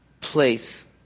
place